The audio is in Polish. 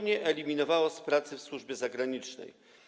Nie eliminowało to z pracy w służbie zagranicznej.